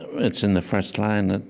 it's in the first line and